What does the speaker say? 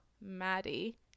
Maddie